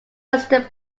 western